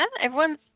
Everyone's